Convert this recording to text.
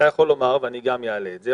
אתה יכול לומר, ואני גם אעלה את זה.